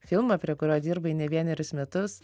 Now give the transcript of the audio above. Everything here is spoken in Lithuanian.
filmą prie kurio dirbai ne vienerius metus